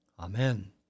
Amen